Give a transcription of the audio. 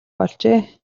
болжээ